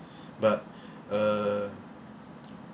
but uh